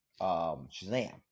Shazam